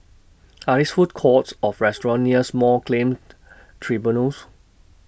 Are There Food Courts off restaurants near Small Claimed Tribunals